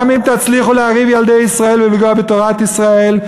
גם אם תצליחו להרעיב ילדי ישראל ולפגוע בתורת ישראל,